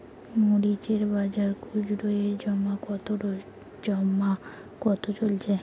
মরিচ এর বাজার খুচরো ও জমা কত চলছে?